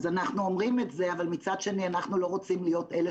אז אנחנו אומרים את זה אבל מצד שני אנחנו לא רוצים להיות אלה